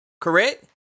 correct